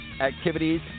activities